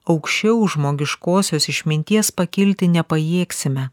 aukščiau žmogiškosios išminties pakilti nepajėgsime